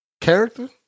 Character